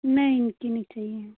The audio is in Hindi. नहीं तीन ही चाहिए